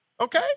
okay